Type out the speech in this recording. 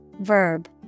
verb